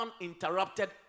uninterrupted